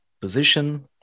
position